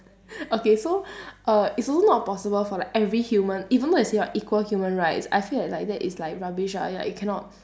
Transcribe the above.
okay so err it's also not possible for like every human even though they say what equal human rights I feel like like that is like rubbish ah like you cannot